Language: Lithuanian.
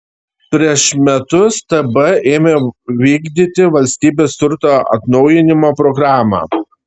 prieš metus tb ėmė vykdyti valstybės turto atnaujinimo programą